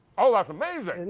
oh, that's amazing.